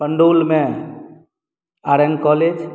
पण्डौलमे R N college